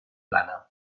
plana